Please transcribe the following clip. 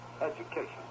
education